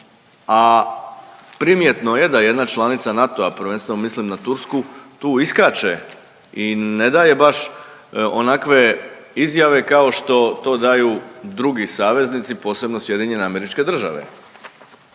A primjetno je da jedna članica NATO-a, prvenstveno mislim na Tursku tu iskače i ne daje baš onakve izjave kao što to daju drugi saveznici, posebno SAD, što znači da